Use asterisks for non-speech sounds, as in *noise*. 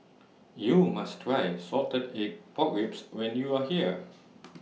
YOU must Try Salted Egg Pork Ribs when YOU Are here *noise*